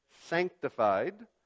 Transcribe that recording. sanctified